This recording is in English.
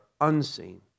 unseen